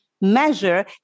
measure